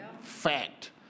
Fact